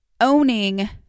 owning